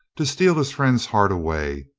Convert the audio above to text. to steal his friend's heart away,